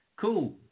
Cool